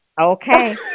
Okay